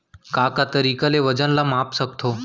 का का तरीक़ा ले वजन ला माप सकथो?